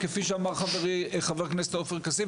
כפי שאמר חברי חבר הכנסת עופר כסיף,